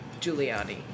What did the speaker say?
Giuliani